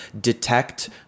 detect